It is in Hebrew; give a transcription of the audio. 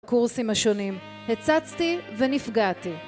קורסים השונים, הצצתי ונפגעתי.